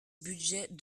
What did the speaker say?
budget